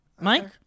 Mike